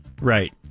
Right